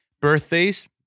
birthdays